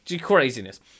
craziness